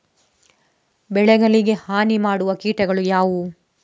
ಬೆಳೆಗಳಿಗೆ ಹಾನಿ ಮಾಡುವ ಕೀಟಗಳು ಯಾವುವು?